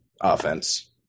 Offense